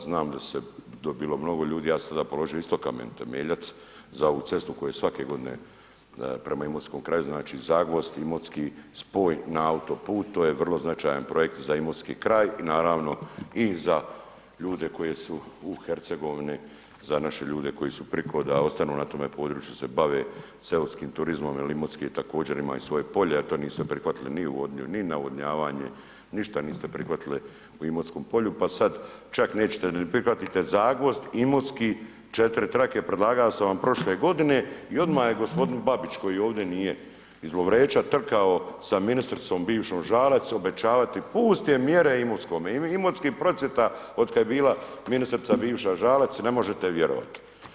Znam da se to bilo mnogo ljudi, ja sam tada položio isto kamen temeljac za ovu cestu koju svake godine prema imotskom kraju, znači Zagvozd, Imotski, spoj na autoput, to je vrlo značajan projekt za imotski kraj i naravno, i za ljude koji su u Hercegovini za naše ljude koji su preko da ostanu na tom području, da se bave seoskim turizmom jer Imotski je također ima i svoje polje, a to niste prihvatili ni ... ni navodnjavanje, ništa niste prihvatili u Imotskom polju pa sad čak nećete ni prihvatite Zagvozd, Imotski, 4 trake, predlagao sam vam prošle godine i odmah je g. Babić koji ovdje nije iz Lovreća trkao sa ministricom bivšom Žalac obećavati puste mjere Imotskome, Imotski procvjeta otkad je bila ministrica bivša Žalac, ne možete vjerovati.